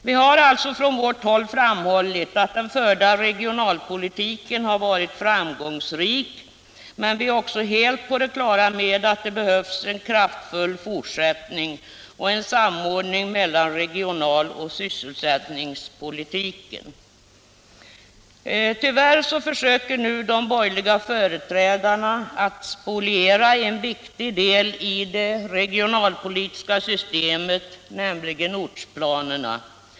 Vi har alltså från vårt håll framhållit att den förda regionalpolitiken har varit framgångsrik, men vi är också helt på det klara med att det behövs en kraftfull fortsättning och en samordning mellan regional och sysselsättningspolitiken. Tyvärr försöker nu de borgerliga företrädarna att spoliera en viktig del av det regionalpolitiska systemet, nämligen ortsplanen.